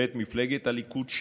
ואת מפלגת הליכוד,